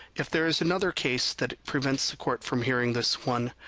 if there is another case that prevents the court from hearing this one,